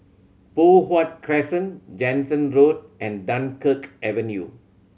Poh Huat Crescent Jansen Road and Dunkirk Avenue